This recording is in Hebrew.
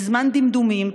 בזמן דמדומים,